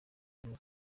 by’ubu